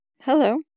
hello